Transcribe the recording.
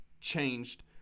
changed